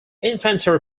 infantry